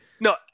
No